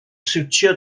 siwtio